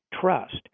trust